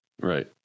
Right